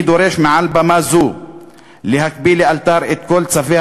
אני דורש מעל במה זו להקפיא לאלתר את כל צווי